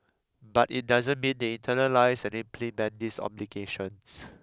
but it doesn't mean they internalise and implement these obligations